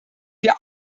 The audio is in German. wir